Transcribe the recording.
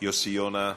יוסי יונה,